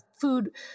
food